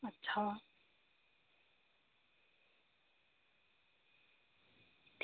अच्छा